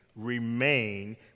remain